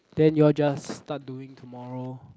then you all just start doing tomorrow